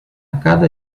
cada